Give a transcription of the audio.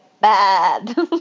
Bad